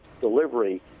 delivery